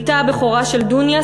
בתה הבכורה של דוניא,